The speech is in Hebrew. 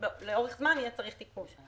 לאורך זמן יהיה צריך תיקון.